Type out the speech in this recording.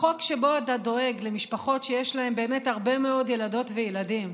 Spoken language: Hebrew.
בחוק שבו אתה דואג למשפחות שיש להם באמת הרבה מאוד ילדות וילדים,